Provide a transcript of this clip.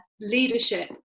leadership